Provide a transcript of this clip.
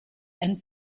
and